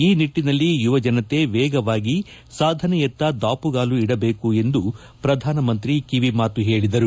ಈ ನಿಟ್ಟನಲ್ಲಿ ಯುವಜನತೆ ವೇಗವಾಗಿ ಸಾಧನೆಯತ್ತ ದಾಪುಗಾಲು ಇಡಬೇಕು ಎಂದು ಪ್ರಧಾನಮಂತ್ರಿ ಕಿವಿಮಾತು ಹೇಳಿದರು